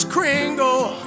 Kringle